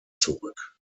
zurück